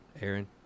Aaron